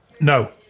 No